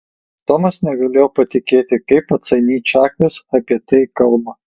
tomas negalėjo patikėti kaip atsainiai čakas apie tai kalba